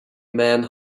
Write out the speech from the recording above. man